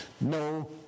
no